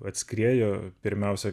atskriejo pirmiausia